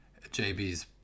jb's